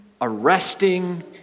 arresting